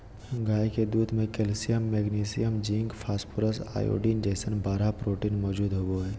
गाय के दूध में calcium, magnesium, zinc, phosphorus, iodine जैसन बारह प्रोटीन मौजूद होबा हइ